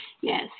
Yes